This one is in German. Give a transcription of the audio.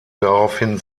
daraufhin